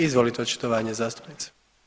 Izvolite očitovanje zastupnice.